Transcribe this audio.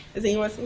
has anyone seen